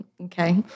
okay